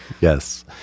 Yes